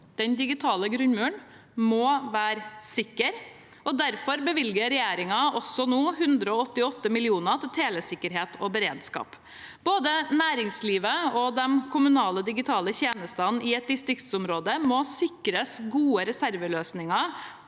Den digitale grunnmuren må være sikker. Derfor bevilger regjeringen nå også 188 mill. kr til telesikkerhet og beredskap. Både næringslivet og de kommunale digitale tjenestene i et distriktsområde må sikres gode reserveløsninger